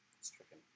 stricken